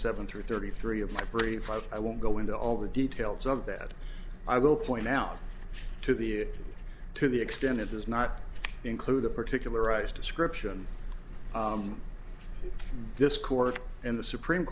seven through thirty three of my brief five i won't go into all the details of that i will point out to the to the extent of does not include the particular arise description this court and the supreme